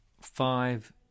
five